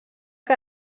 que